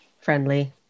friendly